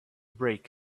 break